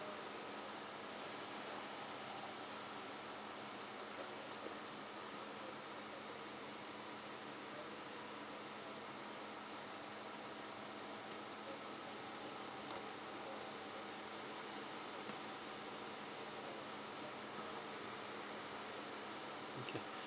okay